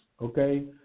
Okay